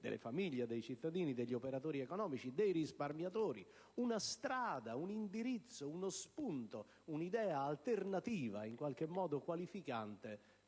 delle famiglie, dei cittadini, degli operatori economici e dei risparmiatori una strada, un indirizzo, uno spunto, un'idea alternativa e qualificante,